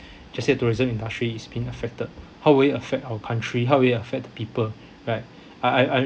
just said tourism industry is been affected how will it affect our country how will it affect the people right I I I